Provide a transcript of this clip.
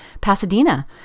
Pasadena